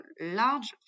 large